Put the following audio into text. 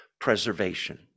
preservation